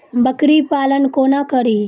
बकरी पालन कोना करि?